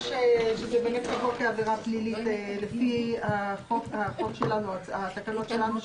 שזה באמת כתוב כעבירה פלילית לפי התקנות שלנו,